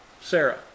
Sarah